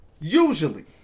usually